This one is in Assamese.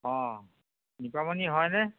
অঁ নিপামণি হয়নে